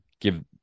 give